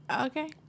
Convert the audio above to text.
Okay